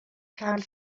can’t